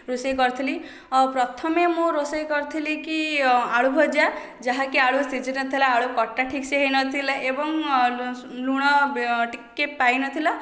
ରୋଷେଇ କରିଥିଲି ପ୍ରଥମେ ମୁଁ ରୋଷେଇ କରିଥିଲି କି ଆଳୁ ଭଜା ଯାହାକି ଆଳୁ ସିଝି ନଥିଲା ଆଳୁ କଟା ଠିକ ସେ ହୋଇନଥିଲା ଏବଂ ଲୁଣ ଟିକେ ପାଇନଥିଲା